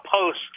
post